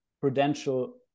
prudential